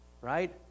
Right